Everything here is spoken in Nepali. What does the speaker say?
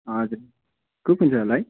हजुर कुपन छ होला है